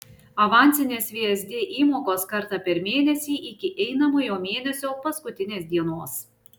avansinės vsd įmokos kartą per mėnesį iki einamojo mėnesio paskutinės dienos